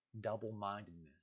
double-mindedness